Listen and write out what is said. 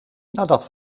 nadat